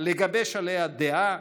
לגבש עליה דעה,